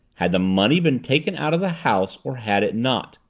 had the money been taken out of the house or had it not?